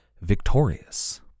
victorious